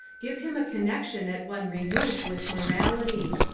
give him a con nexion at one remove with morality.